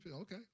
okay